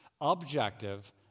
objective